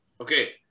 Okay